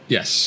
Yes